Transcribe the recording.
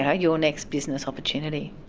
ah your next business opportunity.